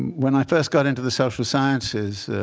when i first got into the social sciences,